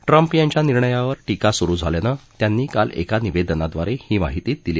Trump यांच्या निर्णयावर टीका सुरु झाल्यानं त्यांनी काल एका निवेदनाद्वारे ही माहिती दिली